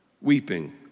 weeping